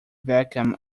vacuum